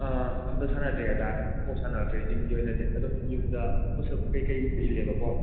ꯑꯥ ꯑꯝꯇ ꯁꯥꯟꯅꯗ꯭ꯔꯤ ꯍꯥꯏꯇꯔꯦ ꯑꯝꯐꯧ ꯁꯥꯟꯅꯔꯛꯇ꯭ꯔꯤ ꯖꯤꯝꯒꯤ ꯑꯣꯏꯅꯗꯤ ꯑꯗꯨꯝ ꯌꯨꯝꯗ ꯄꯨꯁ ꯎꯞ ꯀꯩ ꯀꯩꯕꯨꯗꯤ ꯏꯜꯂꯦꯕꯀꯣ